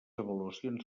avaluacions